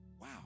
Wow